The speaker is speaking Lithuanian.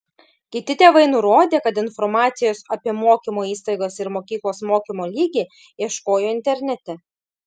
kiti tėvai nurodė kad informacijos apie mokymo įstaigas ir mokyklos mokymo lygį ieškojo internete